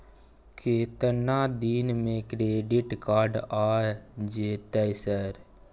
केतना दिन में क्रेडिट कार्ड आ जेतै सर?